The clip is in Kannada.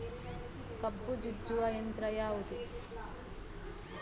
ಕಬ್ಬು ಜಜ್ಜುವ ಯಂತ್ರ ಯಾವುದು?